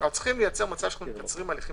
אנחנו צריכים לייצר מצב שאנו מקצרים הליכים